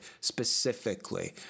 specifically